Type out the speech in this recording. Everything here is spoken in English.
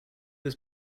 was